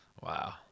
Wow